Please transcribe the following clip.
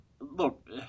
look